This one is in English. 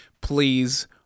Please